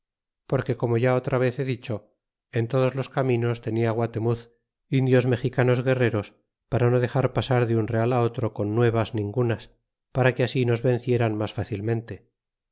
porque como ya otra vez he dicho en todos los caminos tenia guatemuz indios mexicanos guerreros para no dexar pasar de un real otro con nuevas ningunas para que así nos vencieran mas fácilmente